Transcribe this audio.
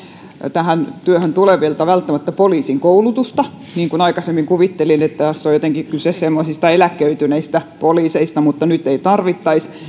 tähän työhön tulevilta välttämättä poliisin koulutusta niin kuin aikaisemmin kuvittelin että jos on jotenkin kyse semmoisista eläköityneistä poliiseista mutta nyt ei tarvittaisi